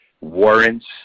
warrants